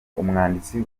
umwanditsi